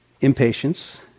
impatience